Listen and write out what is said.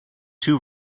two